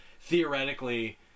theoretically